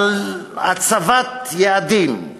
על הצבת יעדים.